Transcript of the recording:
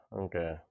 Okay